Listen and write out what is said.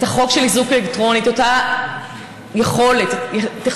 את החוק של איזוק אלקטרוני: את אותה יכולת טכנולוגית